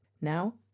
Now